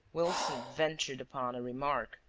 wilson ventured upon a remark